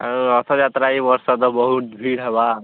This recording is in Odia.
ଆଉ ରଥଯାତ୍ରା ଏଇ ବର୍ଷ ତ ବହୁତ୍ ଭିଡ଼୍ ହେବା